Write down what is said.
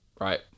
Right